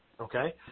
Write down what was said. okay